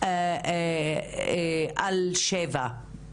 על שבע.